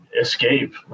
escape